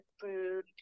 food